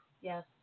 Yes